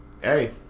Hey